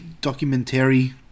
documentary